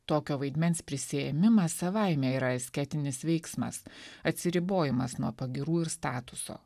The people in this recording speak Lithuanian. tokio vaidmens prisiėmimas savaime yra estetinis veiksmas atsiribojimas nuo pagyrų ir statuso